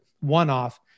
one-off